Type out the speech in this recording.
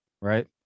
right